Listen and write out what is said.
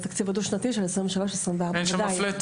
לתקציב הדו-שנתי של 2024-2023. אין שם מפלט?